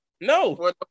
No